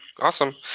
Awesome